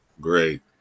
Great